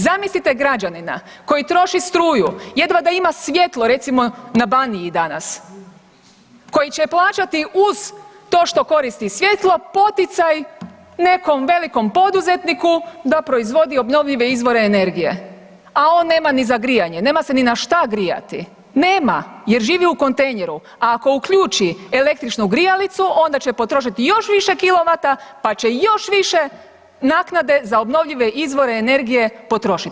Zamislite građanina koji troši struju jedva da ima svjetlo recimo na Baniji danas, koji će plaćati uz to što koristi svjetlo poticaj nekom velikom poduzetniku da proizvodi obnovljive izvore energije, a on nema ni za grijanje nema se ni na šta grijati, nema jer živi u kontejneru, a ako uključi električnu grijalicu onda će potrošiti još više kilovata pa će još više naknade za obnovljive izvore energije potrošiti.